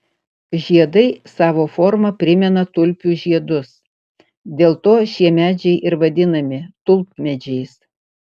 žiedai savo forma primena tulpių žiedus dėl to šie medžiai ir vadinami tulpmedžiais